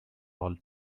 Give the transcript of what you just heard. all